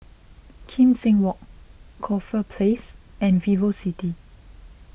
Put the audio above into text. Kim Seng Walk Corfe Place and VivoCity